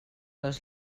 les